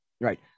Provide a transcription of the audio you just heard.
Right